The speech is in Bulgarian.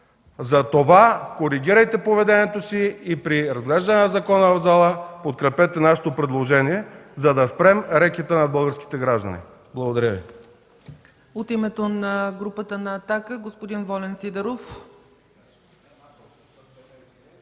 Затова коригирайте поведението си и при разглеждане на закона в залата подкрепете нашето предложение, за да спрем рекета над българските граждани. Благодаря Ви.